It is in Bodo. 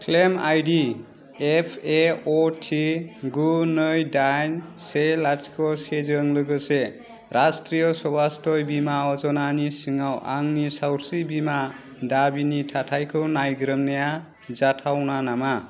क्लेम आइडि एफएअटि गु नै दाइन से लाथिख' सेजों लोगोसे राष्ट्रिय सभास्त्रय बीमा अजनानि सिङाव आंनि सावस्रि बीमा दाबिनि थाथायखौ नायग्रोमनाया जाथावना नामा